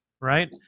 right